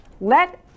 let